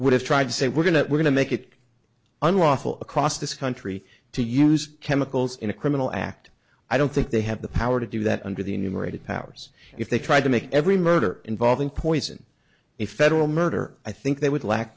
would have tried to say we're going to we're going to make it unlawful across this country to use chemicals in a criminal act i don't think they have the power to do that under the enumerated powers if they tried to make every murder involving poison a federal murder i think they would lack